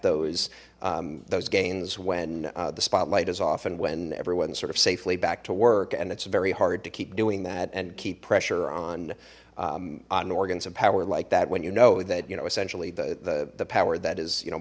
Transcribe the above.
those those gains when the spotlight is often when everyone's sort of safely back to work and it's very hard to keep doing that and keep pressure on on organs of power like that when you know that you know essentially the the power that is you know